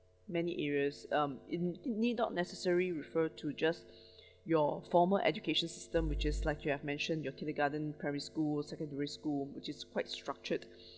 many areas um it it need not necessary refer to just your formal education system which is like you have mentioned your kindergarten primary school secondary school which is quite structured